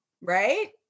right